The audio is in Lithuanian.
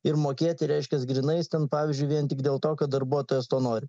ir mokėti reiškias grynais ten pavyzdžiui vien tik dėl to kad darbuotojas to nori